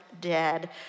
dead